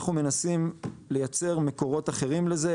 אנחנו מנסים לייצר מקורות אחרים לזה,